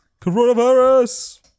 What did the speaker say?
Coronavirus